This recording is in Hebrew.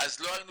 אז לא היינו